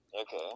Okay